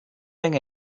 think